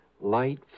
Light